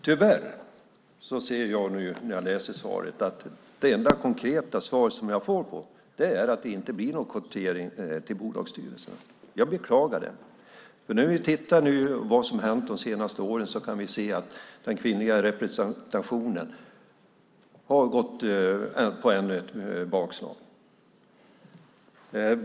Tyvärr ser jag när jag läser svaret att det enda konkreta svar som jag får är att det inte blir någon kvotering till bolagsstyrelser. Jag beklagar det. När vi tittar på vad som har hänt de senaste åren kan vi se att den kvinnliga representationen har gått på ännu ett bakslag.